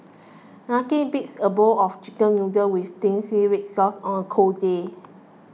nothing beats a bowl of Chicken Noodles with Zingy Red Sauce on a cold day